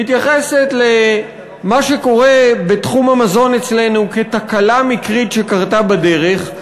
שמתייחסת למה שקורה בתחום המזון אצלנו כאל תקלה מקרית שקרתה בדרך,